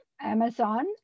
Amazon